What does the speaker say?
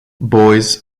boys